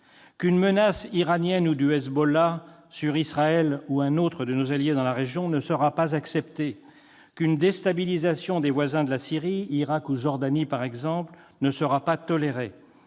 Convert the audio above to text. Qu'une menace iranienne ou du Hezbollah sur Israël ou un autre de nos alliés dans la région ne sera pas acceptée. Qu'une déstabilisation des voisins de la Syrie, Irak ou Jordanie par exemple, ne sera pas tolérée.